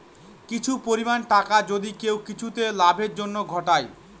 কিছু পরিমাণ টাকা যদি কেউ কিছুতে লাভের জন্য ঘটায়